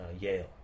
Yale